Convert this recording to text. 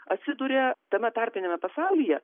atsiduria tame tarpiniame pasaulyje